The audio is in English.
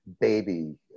baby